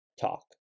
talk